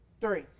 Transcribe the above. three